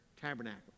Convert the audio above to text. tabernacle